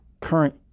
current